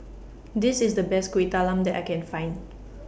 This IS The Best Kueh Talam that I Can Find